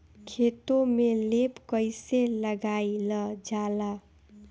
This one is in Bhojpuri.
खेतो में लेप कईसे लगाई ल जाला?